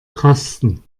kosten